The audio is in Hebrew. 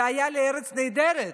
זה היה לארץ נהדרת.